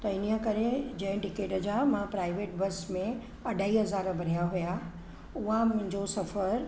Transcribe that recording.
त इन करे जंहिं टिकट जा मां प्राइवेट बस में अढ़ाई हज़ार भरिया हुआ उहा मुंहिंजो सफ़रु